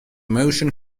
motion